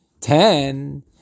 ten